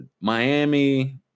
Miami